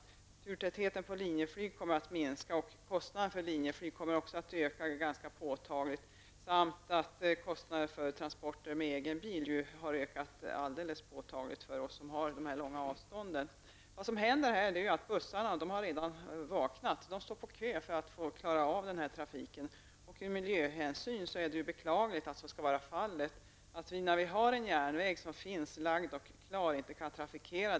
Turtätheten på Linjeflyg kommer att minska, och kostnaderna kommer att öka ganska påtagligt. Dessutom har ju kostnaderna för transporter med egen bil ökat alldeles påtagligt för oss som har långa avstånd. Vad som har hänt är att bussarna redan har vaknat. De står i kö får att få klara av denna trafik. Ur miljösynpunkt är det ju beklagligt att så skall vara fallet när vi har en järnväg som är lagd och klar men som inte kan trafikeras.